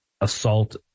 assault